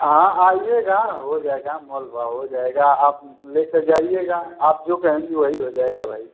हाँ आइएगा हो जाएगा मोल भाव हो जाएगा आप लेकर जाइएगा आप जो कहेंगी वही हो जाएगा भाई